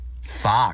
Fuck